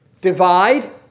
Divide